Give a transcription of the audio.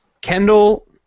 Kendall